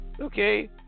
okay